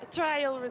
trial